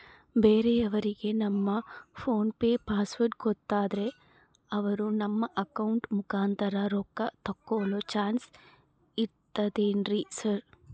ಬೇರೆಯವರಿಗೆ ನಮ್ಮ PhonePe password ಗೊತ್ತಾದ್ರೆ ಅವರು ನಮ್ಮ ಅಕೌಂಟ್ ಮುಖಾಂತರ ರೊಕ್ಕ ತಕ್ಕೊಳ್ಳೋ ಚಾನ್ಸ್ ಇರ್ತದೆನ್ರಿ ಸರ್?